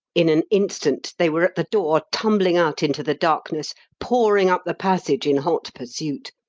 in an instant they were at the door, tumbling out into the darkness, pouring up the passage in hot pursuit.